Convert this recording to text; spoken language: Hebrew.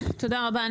תודה רבה.